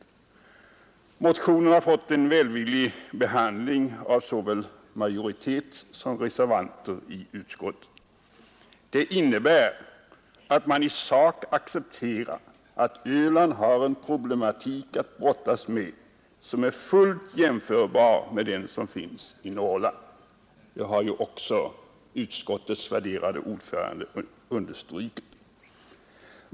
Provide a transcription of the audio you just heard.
Vår motion har fått en välvillig behandling av såväl majoriteten som reservanterna i utskottet. Det innebär att man i sak accepterar att Öland har en problematik att brottas med som är fullt jämförbar med den som finns i Norrland; det har också utskottets värderade ordförande understrukit.